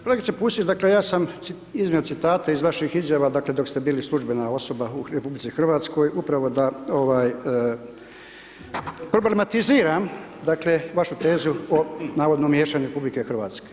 Kolegice Pusić, dakle ja sam iznio citate iz vaših izjava, dakle dok ste bili službena osoba u RH upravo da ovaj problematiziram dakle vašu tezu o navodnom miješanju RH.